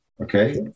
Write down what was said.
Okay